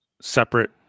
separate